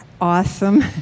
awesome